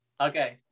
Okay